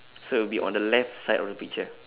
so it would be on the left side of the picture